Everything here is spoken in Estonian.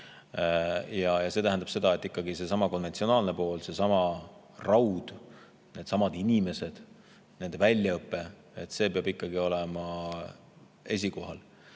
See tähendab seda, et ikkagi seesama konventsionaalne pool – seesama raud, needsamad inimesed, nende väljaõpe – peab olema esikohal.